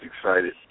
excited